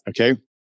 okay